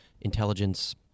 intelligence